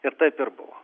ir taip ir buvo